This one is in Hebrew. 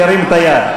ירים את היד.